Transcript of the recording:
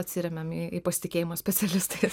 atsiremiam į pasitikėjimą specialistais